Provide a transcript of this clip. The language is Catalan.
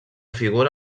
figura